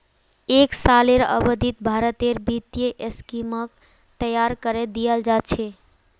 एक सालेर अवधित भारतेर वित्तीय स्कीमक तैयार करे दियाल जा छे